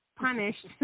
punished